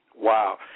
Wow